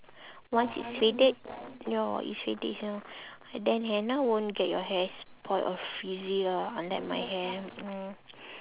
once it's faded ya it's faded ya and then henna won't get your hair spoilt of frizzy ah unlike my hair mm